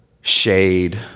shade